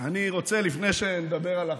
אני רוצה, לפני שנדבר על החוק,